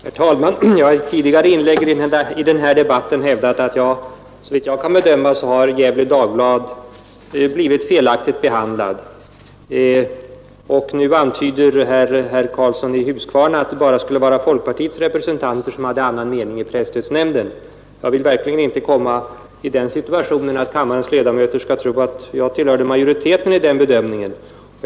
Herr talman! Jag har i ett tidigare inlägg i denna debatt hävdat att Gefle Dagblad såvitt jag kan bedöma blivit felaktigt behandlat. Nu antyder herr Karlsson i Huskvarna att det bara skulle vara folkpartiets representant i presstödsnämnden som hade annan mening. Jag vill verkligen inte att kammarens ledamöter skall tro att jag tillhörde majoriteten vid den bedömningen.